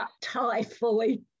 typhoid